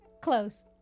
Close